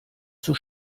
zur